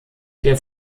der